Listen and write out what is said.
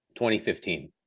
2015